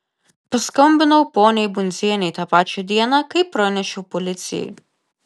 paskambinau poniai bundzienei tą pačią dieną kai pranešiau policijai